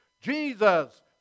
Jesus